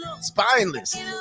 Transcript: Spineless